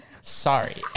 Sorry